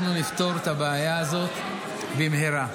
אנחנו נפתור את הבעיה הזאת במהרה.